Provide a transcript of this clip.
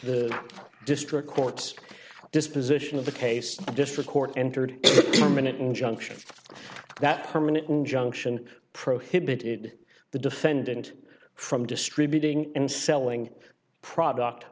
the district court's disposition of the case a district court entered a minute injunction that permanent injunction prohibited the defendant from distributing and selling product